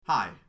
Hi